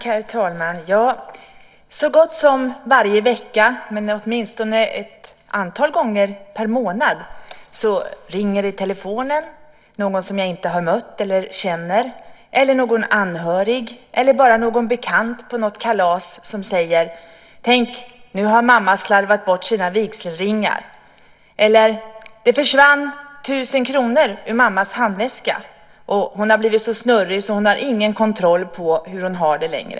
Herr talman! Så gott som varje vecka eller åtminstone ett antal gånger per månad blir jag uppringd av någon som jag inte har mött eller inte känner eller av någon anhörig eller får bara av någon bekant på ett kalas höra sägas: Tänk, nu har mamma slarvat bort sina vigselringar! Eller: Det försvann 1 000 kr i mammas handväska. Hon har blivit så snurrig att hon inte längre har någon kontroll på hur hon har det.